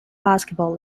basketball